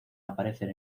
aparecer